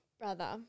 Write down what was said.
Brother